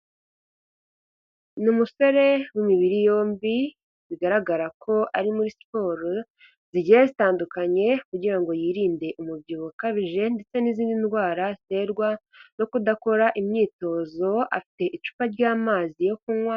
Ni umusore w'imibiri yombi bigaragara ko ari muri siporo zigiye zitandukanye kugira ngo yirinde umubyibuho ukabije ndetse n'izindi ndwara ziterwa no kudakora imyitozo, afite icupa ry'amazi yo kunywa.